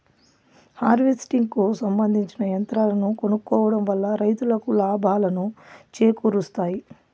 harvesting కు సంబందించిన యంత్రాలను కొనుక్కోవడం వల్ల రైతులకు లాభాలను చేకూరుస్తాయి